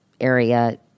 area